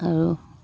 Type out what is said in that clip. আৰু